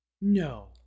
No